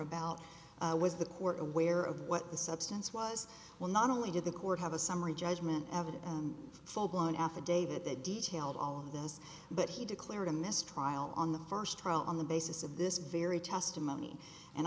about was the court aware of what the substance was well not only did the court have a summary judgement of it and full blown affidavit that detailed all of those but he declared a mistrial on the first trial on the basis of this very testimony and